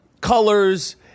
colors